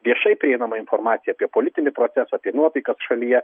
viešai prieinamą informaciją apie politinį procesą apie nuotaikas šalyje